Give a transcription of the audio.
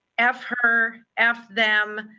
f her, f them,